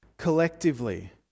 Collectively